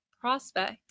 prospect